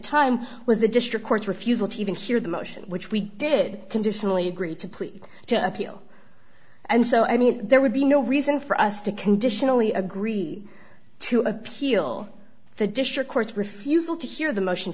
time was the district court's refusal to even hear the motion which we did conditionally agree to plea to appeal and so i mean there would be no reason for us to conditionally agree to appeal the district court's refusal to hear the motion